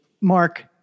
Mark—